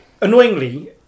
annoyingly